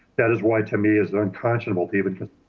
that is why to me is unconscionable people